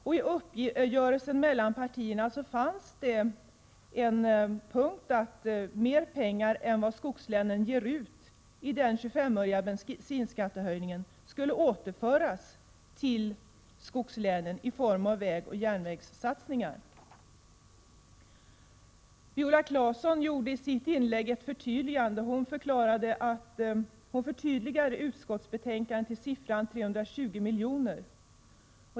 I uppgörelsen mellan partierna fanns en punkt om att mer pengar än vad skogslänen ger ut genom höjningen av bensinskatten med 25 öre skulle återföras till skogslänen i form av vägoch järnvägssatsningar. Viola Claesson preciserade i sitt inlägg storleken av dessa satsningar till 320 milj.kr.